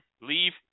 leave